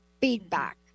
feedback